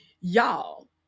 Y'all